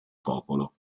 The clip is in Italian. popolo